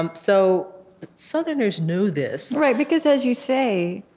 um so southerners knew this right, because, as you say,